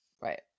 Right